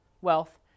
wealth